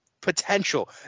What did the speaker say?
potential